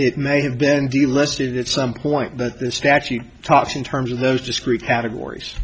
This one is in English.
it may have been delisted at some point but the statute talks in terms of those discrete categories